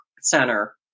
Center